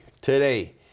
Today